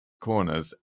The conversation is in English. corners